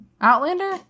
outlander